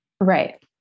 Right